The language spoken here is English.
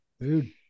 dude